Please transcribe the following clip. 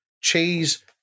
Cheese